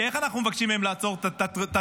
איך אנחנו מבקשים מהם לעצור את התרומות?